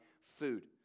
food